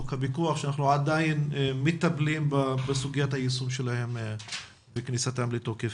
חוק הפיקוח שאנחנו עדיין מטפלים בסוגיית היישום שלהם וכניסתם לתוקף.